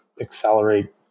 Accelerate